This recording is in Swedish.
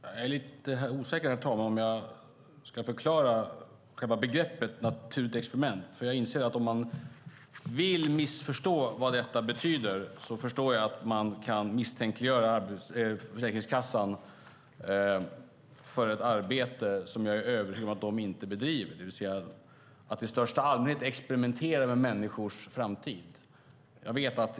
Herr talman! Jag är lite osäker på om jag behöver förklara själva begreppet "naturligt experiment". Jag inser att man om man vill kan missförstå vad detta betyder för att misstänkliggöra Försäkringskassan för ett arbete som jag är övertygad om att de inte bedriver, det vill säga att i största allmänhet experimentera med människors framtid.